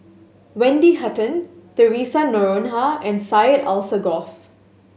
Wendy Hutton Theresa Noronha and Syed Alsagoff